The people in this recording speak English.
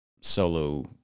solo